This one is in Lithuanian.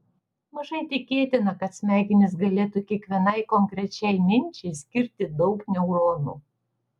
mažai tikėtina kad smegenys galėtų kiekvienai konkrečiai minčiai skirti daug neuronų